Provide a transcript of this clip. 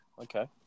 Okay